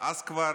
אז כבר